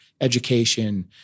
education